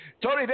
Tony